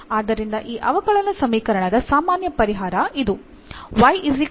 ಆದ್ದರಿಂದ ಈ ಅವಕಲನ ಸಮೀಕರಣದ ಸಾಮಾನ್ಯ ಪರಿಹಾರ ಇದು